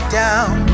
down